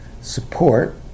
support